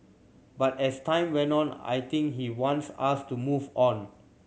but as time went on I think he wants us to move on